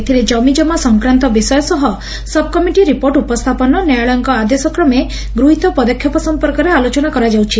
ଏଥରେ କମିଜମା ସଂକ୍ରାନ୍ତ ବିଷୟସହ ସବ୍କମିଟି ରିପୋର୍ଟ ଉପସ୍ରାପନ ନ୍ୟାୟାଳୟଙ୍କ ଆଦେଶ କ୍ରମେ ଗୂହୀତ ପଦକ୍ଷେପ ସମ୍ମର୍କରେ ଆଲୋଚନା କରାଯାଉଛି